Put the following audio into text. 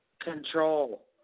control